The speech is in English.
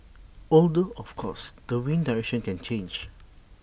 although of course the wind's direction can change